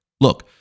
Look